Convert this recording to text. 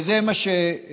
וזה מה שאושר.